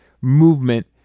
movement